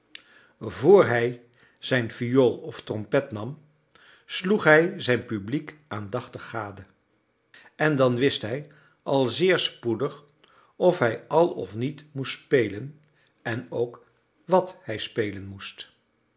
vr hij zijn viool of trompet nam sloeg hij zijn publiek aandachtig gade en dan wist hij al zeer spoedig of hij al of niet moest spelen en ook wat hij spelen moest